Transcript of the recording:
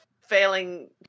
failing